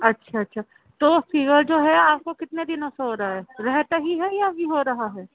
اچھا اچھا تو فیور جو ہے آپ کو کتنے دنوں سے ہو رہا ہے رہتا ہی ہے یا ابھی ہو رہا ہے